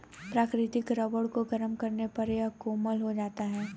प्राकृतिक रबर को गरम करने पर यह कोमल हो जाता है